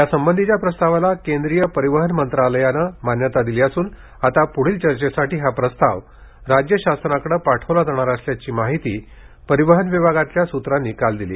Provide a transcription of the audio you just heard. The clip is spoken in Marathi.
यासंबंधीच्या प्रस्तावाला केंद्रीय परिवहन मंत्रालयानं मान्यता दिली असून आता प्ढील चर्चेसाठी हा प्रस्ताव राज्य शासनांकडे पाठवला जाणार असल्याची माहिती परिवहन विभागातील सूत्रांनी काल दिली